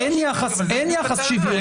אין יחס שוויוני?